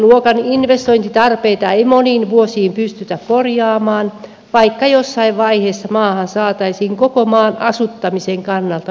miljardiluokan investointitarpeita ei moniin vuosiin pystytä korjaamaan vaikka jossain vaiheessa maahan saataisiin koko maan asuttamisen kannalta myönteisempi hallitus